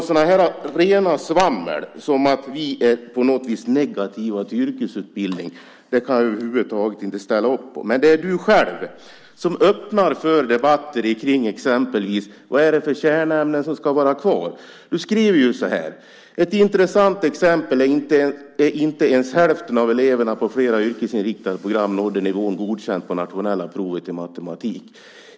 Sådant rent svammel som att vi på något vis är negativa till yrkesutbildning kan jag över huvud taget inte ställa upp på. Det är du själv som öppnar för debatter kring exempelvis vad det är för kärnämnen som ska vara kvar. Du skriver så här: Ett intressant exempel är att inte ens hälften av eleverna på flera yrkesinriktade program nådde nivån godkänt på nationella provet i matematik.